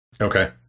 Okay